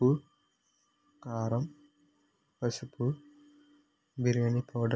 ఉప్పు కారం పసుపు బిర్యాని పౌడర్